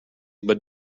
but